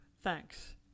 thanks